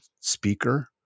speaker